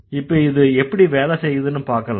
இப்ப இது எப்படி வேலை செய்யுதுன்னு பார்க்கலாம்